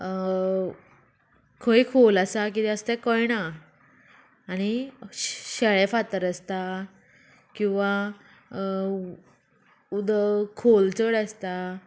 खंय खोल आसा किदें आसा तें कळना आनी शेळे फातर आसता किंवां उदक खोल चड आसता